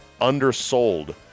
undersold